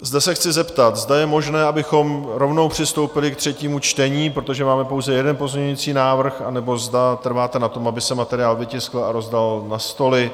Zde se chci zeptat, zda je možné, abychom rovnou přistoupili ke třetímu čtení, protože máme pouze jeden pozměňovací návrh, anebo zda trváte na tom, aby se materiál vytiskl a rozdal na stoly?